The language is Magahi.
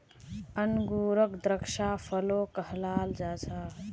अन्गूरोक द्राक्षा फलो कहाल जाहा